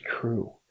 true